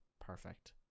perfect